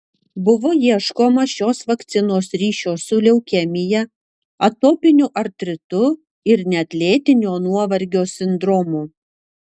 buvo ieškoma šios vakcinos ryšio su leukemija atopiniu artritu ir net lėtinio nuovargio sindromu